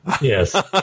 Yes